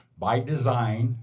by design,